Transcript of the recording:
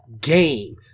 game